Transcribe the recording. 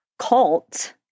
cult